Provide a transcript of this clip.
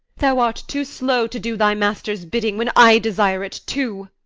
thou art too slow to do thy master's bidding, when i desire it too.